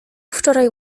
wczoraj